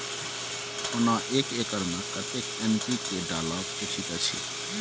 ओना एक एकर मे कतेक एन.पी.के डालब उचित अछि?